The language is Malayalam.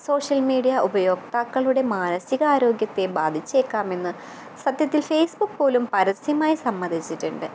സോഷ്യൽ മീഡിയ ഉപയോക്താക്കളുടെ മാനസികാരോഗ്യത്തെ ബാധിച്ചേക്കാമെന്ന് സത്യത്തിൽ ഫേസ്ബുക്ക് പോലും പരസ്യമായി സമ്മതിച്ചിട്ടുണ്ട്